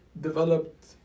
developed